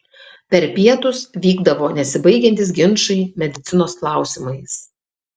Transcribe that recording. per pietus vykdavo nesibaigiantys ginčai medicinos klausimais